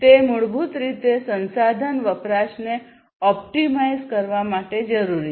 તે મૂળભૂત રીતે સંસાધન વપરાશને ઓપ્ટિમાઇઝ કરવા માટે જરૂરી છે